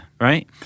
right